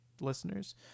Listeners